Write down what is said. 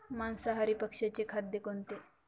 मांसाहारी पक्ष्याचे खाद्य कोणते?